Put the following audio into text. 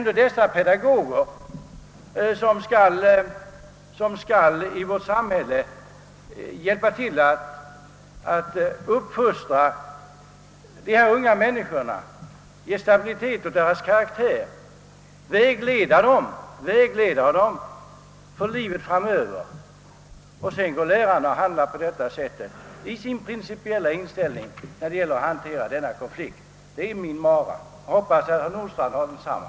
Våra pedagoger skall hjälpa till att uppfostra de unga, ge stabilitet åt deras karaktär och vägleda dem för livet i samhället framöver, och så handlar de på detta sätt och har den principiella inställning jag här talat om, när de handhar konflikten! Det är min mara. Jag hoppas att herr Nordstrandhs mara är densamma.